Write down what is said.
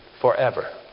forever